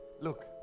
Look